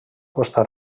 costa